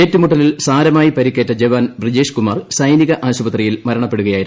ഏറ്റുമുട്ടലിൽ സാരമായി പരിക്കേറ്റ ജവാൻ ബ്രജേഷ്കുമാർ സൈനിക ആശുപത്രിയിൽ മരണപ്പെടുകയായിരുന്നു